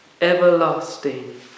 everlasting